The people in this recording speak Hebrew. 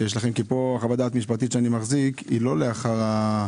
שבמהלך הדיונים בוועדת החוקה על חוק הבחירות,